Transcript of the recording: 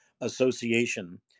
association